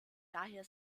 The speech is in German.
daher